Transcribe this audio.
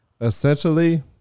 Essentially